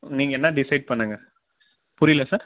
நீங்கள் என்ன டிசைட் பண்ணுங்கள் புரியல சார்